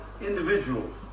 individuals